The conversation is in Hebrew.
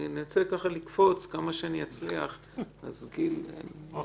אני אנסה לקפוץ, כמה שאני אצליח אז גיל תתחיל.